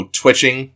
twitching